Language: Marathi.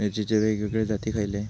मिरचीचे वेगवेगळे जाती खयले?